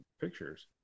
pictures